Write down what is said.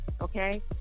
Okay